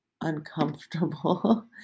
uncomfortable